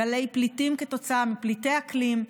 גלי פליטים כתוצאה מפליטי אקלים,